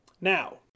Now